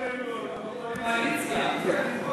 בקואליציה.